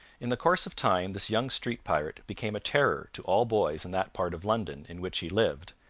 in the course of time this young street pirate became a terror to all boys in that part of london in which he lived,